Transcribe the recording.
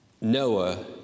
Noah